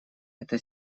это